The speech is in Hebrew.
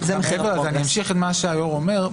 אמשיך את מה שהיו"ר אומר.